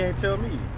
ah tell me?